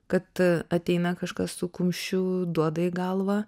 kad ateina kažkas su kumščiu duoda į galvą